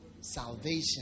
Salvation